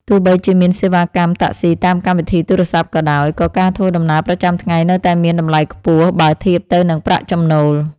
ទោះបីជាមានសេវាកម្មតាក់ស៊ីតាមកម្មវិធីទូរស័ព្ទក៏ដោយ ក៏ការធ្វើដំណើរប្រចាំថ្ងៃនៅតែមានតម្លៃខ្ពស់បើធៀបទៅនឹងប្រាក់ចំណូល។